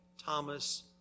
Thomas